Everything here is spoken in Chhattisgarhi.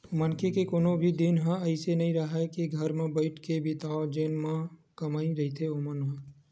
मनखे के कोनो भी दिन ह अइसे नइ राहय के घर म बइठ के बितावय जेन मन ह कमइया रहिथे ओमन ह